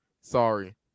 Sorry